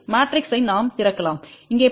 மேட்ரிக்ஸை நாம் திறக்கலாம் இங்கே பார்ப்போம்